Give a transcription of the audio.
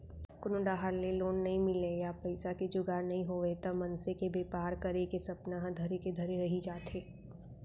कोनो डाहर ले लोन नइ मिलय या पइसा के जुगाड़ नइ होवय त मनसे के बेपार करे के सपना ह धरे के धरे रही जाथे